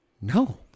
no